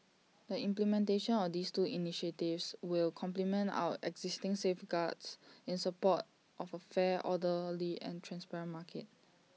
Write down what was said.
the implementation of these two initiatives will complement our existing safeguards in support of A fair orderly and transparent market